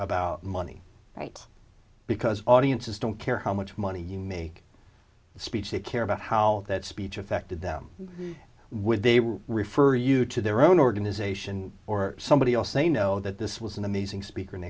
about money right because audiences don't care how much money you make the speech they care about how that speech affected them when they will refer you to their own organization or somebody else they know that this was an amazing speaker